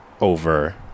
over